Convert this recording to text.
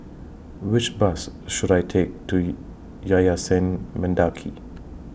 Which Bus should I Take to Yayasan Mendaki